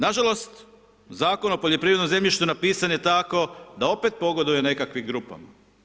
Nažalost, Zakon o poljoprivrednom zemljištu napisan je tako da opet pogoduje nekakvim grupama.